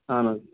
اَہَن حظ